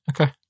Okay